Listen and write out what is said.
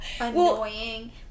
annoying